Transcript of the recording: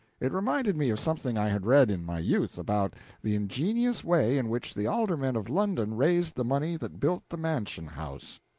it reminded me of something i had read in my youth about the ingenious way in which the aldermen of london raised the money that built the mansion house.